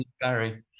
Barry